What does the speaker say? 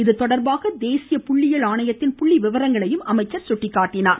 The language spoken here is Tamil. இதுதொடர்பான தேசிய புள்ளியியல் ஆணையத்தின் புள்ளிவிவரங்களையும் அமைச்சர் சுட்டிக்காட்டினார்